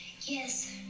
Yes